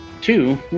two